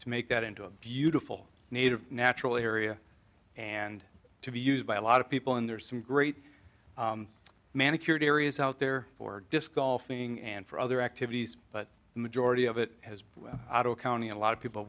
to make that into a beautiful native natural area and to be used by a lot of people and there's some great manicured areas out there for disqualifying and for other activities but the majority of it has a county and a lot of people